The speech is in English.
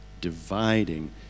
dividing